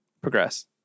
progress